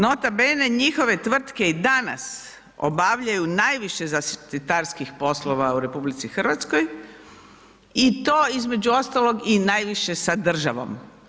Nota bene njihove tvrtke i danas obavljaju najviše zaštitarskih poslova u RH i to, između ostalog i najviše sa državom.